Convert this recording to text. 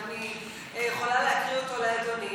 שאני יכולה להקריא אותו לאדוני,